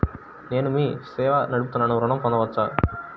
నేను మీ సేవా నడుపుతున్నాను ఋణం పొందవచ్చా?